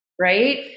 right